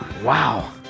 Wow